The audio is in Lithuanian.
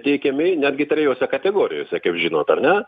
teikiami netgi trejose kategorijose kaip žinot ar ne